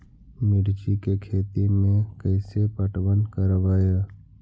मिर्ची के खेति में कैसे पटवन करवय?